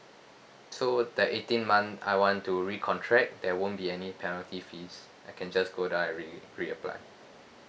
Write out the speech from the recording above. so that eighteenth month I want to recontract there won't be any penalty fees I can just go directly reapply